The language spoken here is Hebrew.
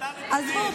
עזבו.